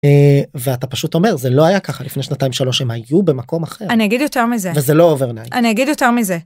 ואתה פשוט אומר זה לא היה ככה לפני שנתיים שלוש, הם היו במקום אחר. אני אגיד יותר מזה, וזה לא עובר נעים, אני אגיד יותר מזה.